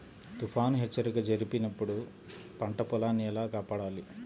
తుఫాను హెచ్చరిక జరిపినప్పుడు పంట పొలాన్ని ఎలా కాపాడాలి?